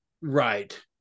right